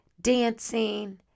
dancing